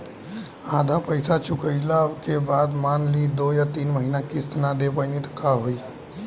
आधा पईसा चुकइला के बाद मान ली दो या तीन महिना किश्त ना दे पैनी त का होई?